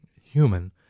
human